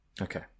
Okay